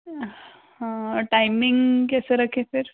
हाँ टाइमिंग कैसे रखें फिर